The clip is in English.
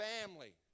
family